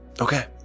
Okay